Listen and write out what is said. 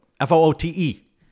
F-O-O-T-E